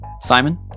Simon